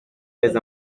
les